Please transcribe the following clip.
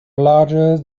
larger